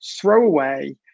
throwaway